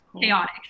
chaotic